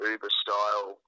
Uber-style